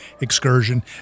excursion